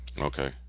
Okay